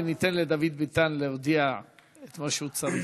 וניתן לדוד ביטן להודיע את מה שהוא צריך.